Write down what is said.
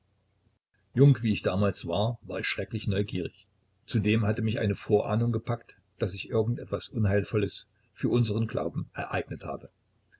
jung wie ich damals war war ich schrecklich neugierig zudem hatte mich eine vorahnung gepackt daß sich irgendetwas unheilvolles für unseren glauben ereignet habe